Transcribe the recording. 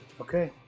Okay